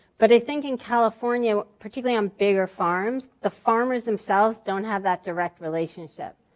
but i think in california, particularly on bigger farms, the farmers themselves don't have that direct relationship.